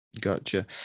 Gotcha